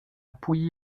pouilly